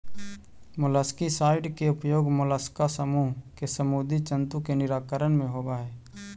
molluscicide के उपयोग mollusc समूह के समुदी जन्तु के निराकरण में होवऽ हई